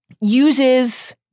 Uses